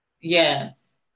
Yes